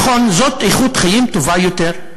נכון, זאת איכות חיים טובה יותר,